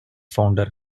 founder